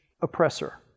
oppressor